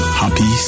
happy